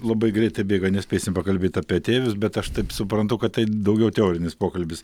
labai greitai bėga nespėsim pakalbėt apie ateivius bet aš taip suprantu kad tai daugiau teorinis pokalbis